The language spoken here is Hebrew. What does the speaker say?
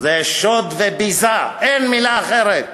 זה שוד וביזה, אין מילה אחרת.